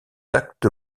d’acte